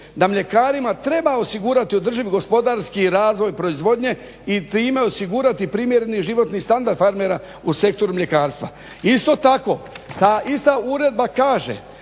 da mljekarima treba osigurati u održivi gospodarski razvoj proizvodnje i time osigurati primjereni životni standard farmera u sektoru mljekarstva. Isto tako, ta ista uredba kaže